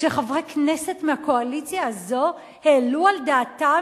כשחברי כנסת מהקואליציה הזאת העלו על דעתם